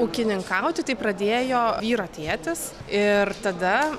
ūkininkauti tai pradėjo vyro tėtis ir tada